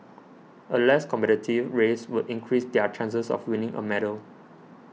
a less competitive race would increase their chances of winning a medal